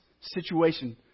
situation